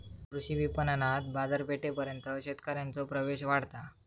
कृषी विपणणातना बाजारपेठेपर्यंत शेतकऱ्यांचो प्रवेश वाढता